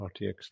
RTX